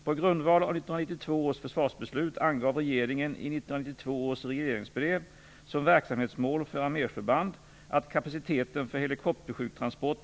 På grundval av 1992 års försvarsbeslut (prop. angav regeringen i 1992 års regleringsbrev som verksamhetsmål för arméförband att kapaciteten för helikoptersjuktransporter i krig skulle förstärkas.